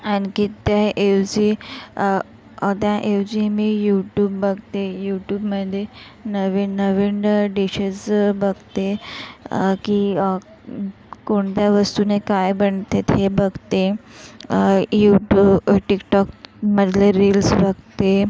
आणखी त्या एवझी त्या ऐवजी मी यूट्यूब बघते यूट्यूबमध्ये नवीन नवीन डिशेस बघते की कोणत्या वस्तुने काय बनते ते बघते यूट्यू टिकटॉकमधले रील्स बघते